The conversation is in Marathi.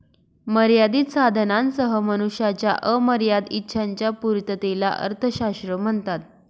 मर्यादित साधनांसह मनुष्याच्या अमर्याद इच्छांच्या पूर्ततेला अर्थशास्त्र म्हणतात